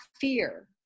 fear